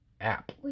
app